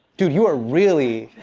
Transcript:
dude, you are really,